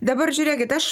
dabar žiūrėkit aš